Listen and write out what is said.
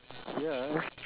ya